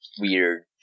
weird